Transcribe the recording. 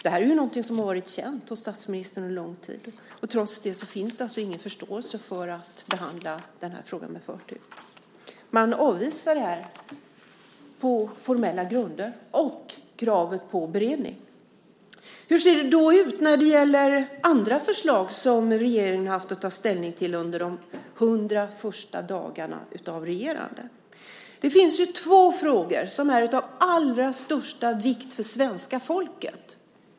Det här är ju någonting som har varit känt hos statsministern en lång tid, och trots det finns det alltså ingen förståelse för behovet av att behandla den här frågan med förtur. Man avvisar detta på formella grunder och med hänvisning till kravet på beredning. Hur ser det då ut när det gäller andra förslag som regeringen har haft att ta ställning till under de hundra första dagarna av regerande? Det finns två frågor som är av allra största vikt för svenska folket.